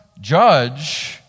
judge